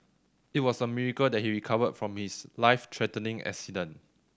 it was a miracle that he recovered from his life threatening accident